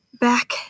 back